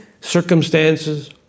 circumstances